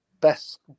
best